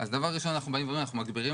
דבר ראשון אנחנו אומרים שאנחנו מגבירים